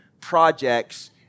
projects